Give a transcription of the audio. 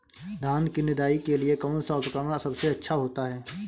धान की निदाई के लिए कौन सा उपकरण सबसे अच्छा होता है?